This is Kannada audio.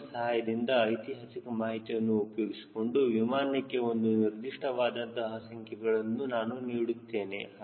ರೇಮರ್ ಸಹಾಯದಿಂದ ಐತಿಹಾಸಿಕ ಮಾಹಿತಿಯನ್ನು ಉಪಯೋಗಿಸಿಕೊಂಡು ವಿಮಾನಕ್ಕೆ ಒಂದು ನಿರ್ದಿಷ್ಟ ವಾದಂತಹ ಸಂಖ್ಯೆಗಳನ್ನು ನಾನು ನೀಡುತ್ತೇನೆ